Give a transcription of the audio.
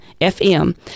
FM